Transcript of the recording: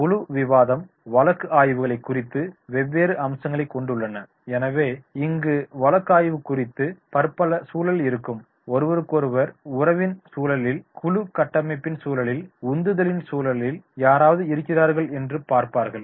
குழு விவாதம் வழக்கு ஆய்வுகளை குறித்த வெவ்வேறு அம்சங்களைக் கொண்டுள்ளன எனவே இங்கு வழக்கு ஆய்வு குறித்த பற்பல சூழல் இருக்கும் ஒருவருக்கொருவர் உறவின் சூழலில் குழு கட்டமைப்பின் சூழலில் உந்துதலின் சூழலில் யாராவது இருக்கிறார்களா என்று பார்ப்பார்கள்